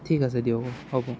ঠিক আছে দিয়ক হ'ব